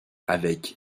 avec